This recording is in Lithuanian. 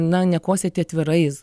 na nekosėti atvirais